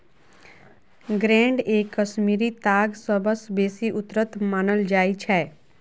grade A Kashmiri ताग सबसँ बेसी उन्नत मानल जाइ छै